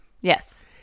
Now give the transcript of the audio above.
Yes